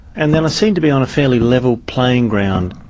and then i seemed to be on a fairly level playing ground,